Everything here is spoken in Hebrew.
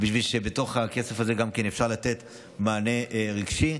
בשביל שבתוך הכסף הזה גם יהיה אפשר לתת מענה רגשי.